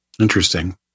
Interesting